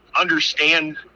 understand